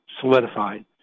solidified